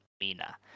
Mina